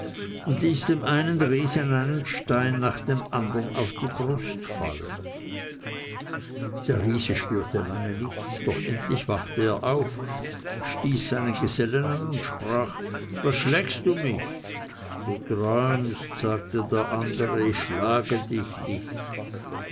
und ließ dem einen riesen einen stein nach dem andern auf die brust fallen der riese spürte lange nichts doch endlich wachte er auf stieß seinen gesellen an und sprach was schlägst du mich du träumst sagte der andere ich schlage dich nicht